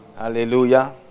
Hallelujah